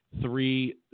Three